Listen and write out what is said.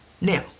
Now